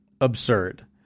absurd